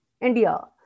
India